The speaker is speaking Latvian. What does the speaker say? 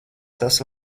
tas